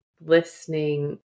listening